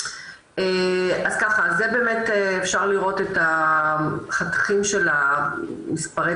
אז באמת אפשר לראות את החתכים של מספרי